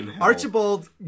Archibald